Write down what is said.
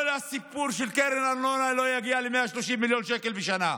כל הסיפור של קרן הארנונה לא יגיע ל-130 מיליון שקל בשנה.